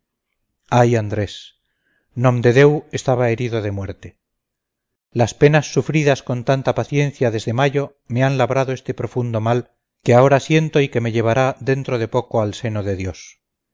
ay andrés nomdedeu estaba herido de muerte las penas sufridas con tanta paciencia desde mayo me han labrado este profundo mal que ahora siento y que me llevará dentro de poco al seno de dios